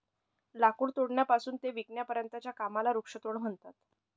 लाकूड तोडण्यापासून ते विकण्यापर्यंतच्या कामाला वृक्षतोड म्हणतात